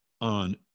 on